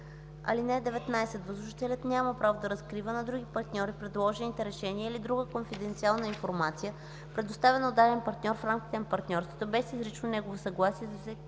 (19) Възложителят няма право да разкрива на другите партньори предложените решения или друга конфиденциална информация, предоставена от даден партньор в рамките на партньорството, без изрично негово съгласие за всеки